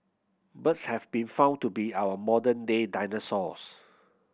birds have been found to be our modern day dinosaurs